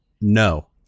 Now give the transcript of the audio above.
No